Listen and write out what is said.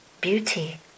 beauty